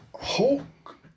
Hulk